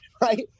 Right